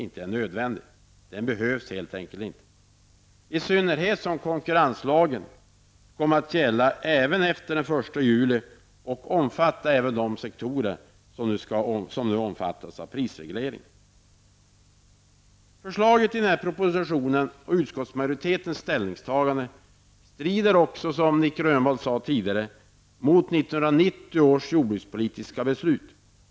En sådan lagstiftning behövs helt enkelt inte, i synnerhet som konkurrrenslagen kommer att gälla även efter den 1 juli 1991 och omfatta de sektorer som nu omfattas av prisregleringen. Förslagen i propositionen och utskottsmajoritetens ställningstagande strider också -- som Nic Grönvall tidigare sade -- mot 1990 års jordbrukspolitiska beslut.